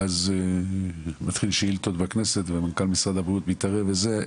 ואז מתחיל שאילתות בכנסת ומנכ"ל משרד הבריאות מתערב וזה,